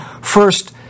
first